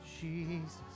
Jesus